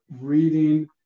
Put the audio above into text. reading